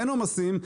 אין עומסים,